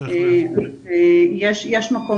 יש מקום,